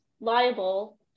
liable